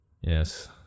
Yes